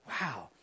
Wow